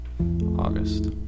August